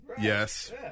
Yes